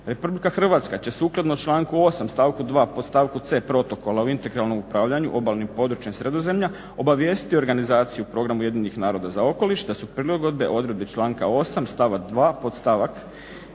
Republika Hrvatska će sukladno članku 8. stavku 2. podstavku C Protokola o integralnom upravljanju obalnim područjem Sredozemlja obavijestiti organizaciju programa Ujedinjenih naroda za okoliš da su prilagodbe u odredbi članka 8. stavka 2. podstavak